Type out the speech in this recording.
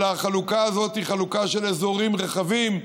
אלא החלוקה הזאת היא חלוקה של אזורים רחבים,